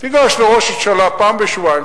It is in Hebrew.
תיגש לראש הממשלה פעם בשבועיים,